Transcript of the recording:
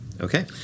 Okay